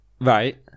Right